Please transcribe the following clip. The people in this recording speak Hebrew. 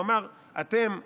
הוא אמר: אתם עשרה,